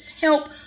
help